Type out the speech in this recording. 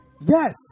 Yes